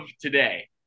today